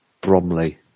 Bromley